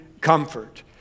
comfort